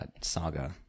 saga